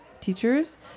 teachers